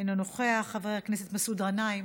אינו נוכח, חבר הכנסת מסעוד גנאים